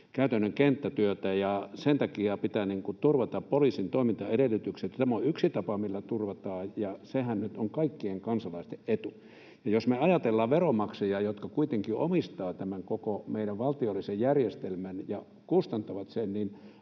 käytännön kenttätyötä. Pitää turvata poliisin toimintaedellytykset, ja tämä on yksi tapa, millä turvataan, ja sehän nyt on kaikkien kansalaisten etu. Jos me ajatellaan veronmaksajia, jotka kuitenkin omistavat tämän koko meidän valtiollisen järjestelmän ja kustantavat sen,